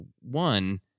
One